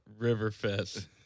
Riverfest